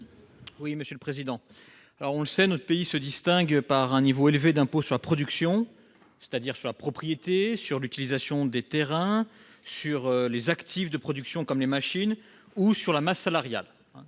à M. Julien Bargeton. Nous le savons, la France se distingue par un niveau élevé d'impôts sur la production, c'est-à-dire sur la propriété, sur l'utilisation des terrains, sur les actifs de production comme les machines ou sur la masse salariale.